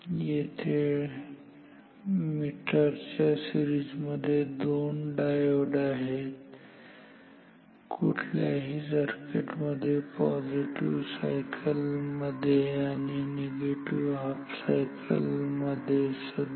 येथे मीटरच्या सीरिजमध्ये दोन डायोड आहेत कुठल्याही सर्किट मध्ये पॉझिटिव्ह सायकल मध्ये आणि निगेटिव्ह हाफ सायकल मध्ये सुद्धा